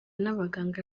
n’abaganga